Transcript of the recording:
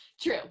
true